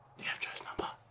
you have joe's number?